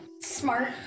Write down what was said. Smart